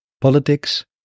politics